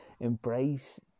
Embrace